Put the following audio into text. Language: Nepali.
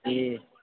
ए